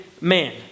man